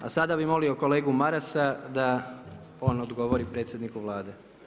A sada bi molio kolegu Marasa da on odgovori predsjedniku Vlade.